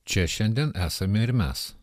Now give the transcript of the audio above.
čia šiandien esame ir mes